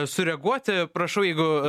sureaguoti prašau jeigu